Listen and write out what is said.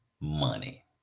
money